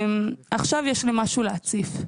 עכשיו יש לי משהו להציף.